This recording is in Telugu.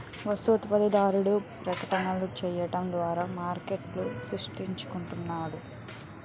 వస్తు ఉత్పత్తిదారుడు ప్రకటనలు చేయడం ద్వారా మార్కెట్ను సృష్టించుకుంటున్నాడు